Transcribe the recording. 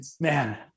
Man